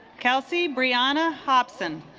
kelsey brianna hobson